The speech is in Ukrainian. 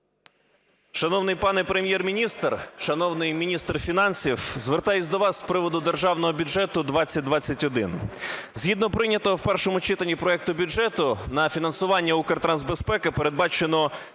Шановний пане Прем'єр-міністр, шановний міністр фінансів! Звертаюсь до вас з приводу Державного бюджету 2021. Згідно прийнятого в першому читанні проекту бюджету на фінансування Укртрансбезпеки передбачено